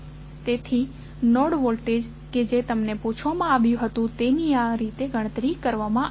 તેથી node voltage કે જે પૂછવામાં આવ્યું હતું તેની આ રીતે ગણતરી કરવામાં આવે છે